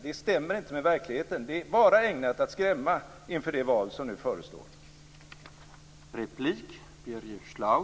Det stämmer inte med verkligheten. Det är bara ägnat att skrämma inför det val som nu förestår.